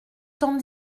temps